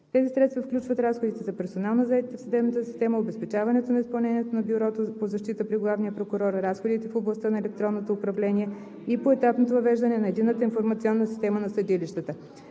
Тези средства включват разходите за персонал на заетите в съдебната система, обезпечаване на изпълнението на Бюрото по защита при главния прокурор, разходите в областта на електронното управление и поетапното въвеждане на Единната информационна система на съдилищата.